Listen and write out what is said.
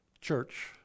church